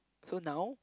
so now